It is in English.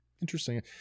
Interesting